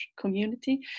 community